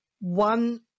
one